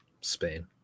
spain